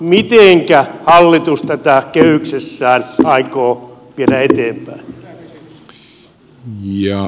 mitenkä hallitus tätä kehyksissään aikoo viedä eteenpäin